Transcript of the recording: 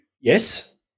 Yes